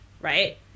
Right